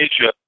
Asia